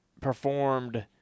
performed